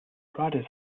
brought